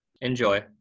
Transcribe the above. Enjoy